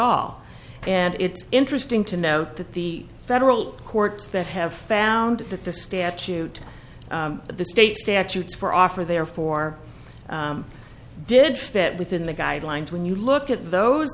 all and it's interesting to note that the federal courts that have found that the statute of the state statutes for offer therefore did fit within the guidelines when you look at those